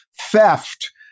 theft